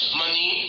money